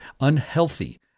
unhealthy